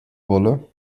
wolle